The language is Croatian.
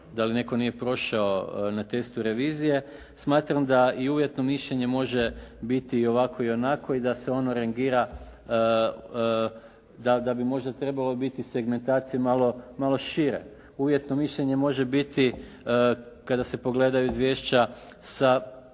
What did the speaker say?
da li netko nije prošao na testu revizije. Smatram da i uvjetno mišljenje može biti i ovako i onako i da se ono rangira, da bi možda trebalo biti segmentacija malo šire. Uvjetno mišljenje može biti kada se pogledaju izvješća